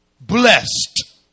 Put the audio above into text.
blessed